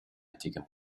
antiche